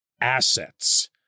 assets